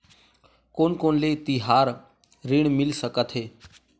कोन कोन ले तिहार ऋण मिल सकथे?